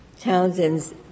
Townsend's